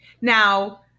Now